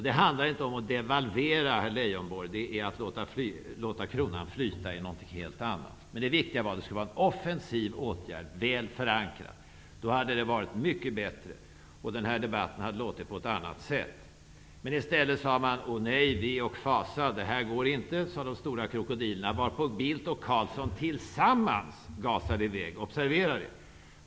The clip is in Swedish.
Det handlar inte om att devalvera, herr Leijonborg. Att låta kronan flyta är något helt annat. Det viktiga är att det skulle ha varit en offensiv, välförankrad åtgärd. Då hade det varit mycket bättre, och den här debatten skulle ha låtit på ett annat sätt. Men i stället sade de stora krokodilerna: O nej, ve och fasa, det här går inte! Därefter gasade Bildt och Carlsson iväg tillsammans. Observera detta!